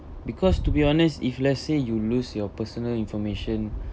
because to be honest if let's say you lose your personal information